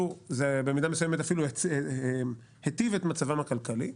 במידה מסוימת זה אפילו היטיב את מצבם הכלכלי.